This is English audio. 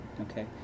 okay